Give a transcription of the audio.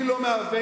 אני לא מעוות.